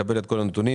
נקבל את כל הנתונים,